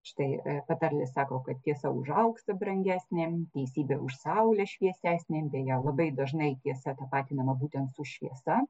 štai patarlė sako kad tiesa už auksą brangesnė teisybė už saulę šviesesnė bene labai dažnai tiesa tapatinama būtent su šviesa